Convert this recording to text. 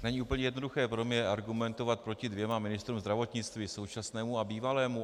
Není úplně jednoduché pro mě argumentovat proti dvěma ministrům zdravotnictví, současnému a bývalému.